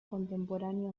contemporáneo